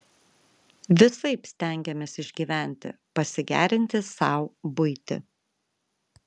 visaip stengėmės išgyventi pasigerinti sau buitį